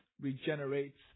regenerates